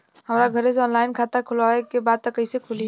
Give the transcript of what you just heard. हमरा घरे से ऑनलाइन खाता खोलवावे के बा त कइसे खुली?